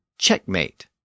Checkmate